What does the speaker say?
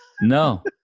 No